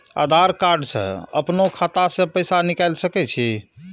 आधार कार्ड से अपनो खाता से पैसा निकाल सके छी?